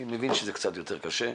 אני מבין שזה קצת יותר קשה,